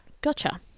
gotcha